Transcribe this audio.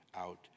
out